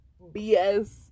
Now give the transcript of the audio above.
BS